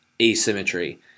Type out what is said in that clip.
asymmetry